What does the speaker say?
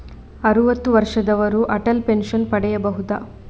ಅರುವತ್ತು ವರ್ಷದವರು ಅಟಲ್ ಪೆನ್ಷನ್ ಪಡೆಯಬಹುದ?